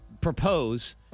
propose